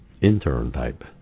intern-type